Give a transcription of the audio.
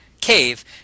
cave